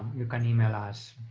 you can email us.